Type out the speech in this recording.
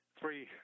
three